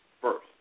first